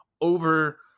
over